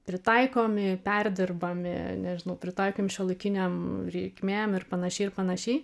pritaikomi perdirbami nežinau pritaikėm šiuolaikinėm reikmėm ir panašiai ir panašiai